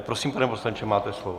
Prosím, pane poslanče, máte slovo.